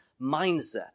mindset